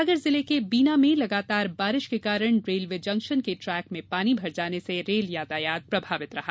सागर जिले के बीना में लगातार बारिश के कारण रेलवे जंक्शन के ट्रैक में पानी भर जाने से रेल यातायात प्रभावित रहा